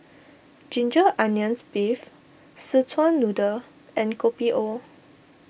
Ginger Onions Beef Szechuan Noodle and Kopi O